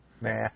nah